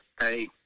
Hey